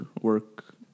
work